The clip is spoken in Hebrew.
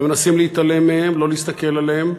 ומנסים להתעלם מהם, לא להסתכל עליהם.